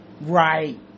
Right